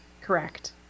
Correct